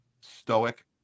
stoic